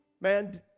man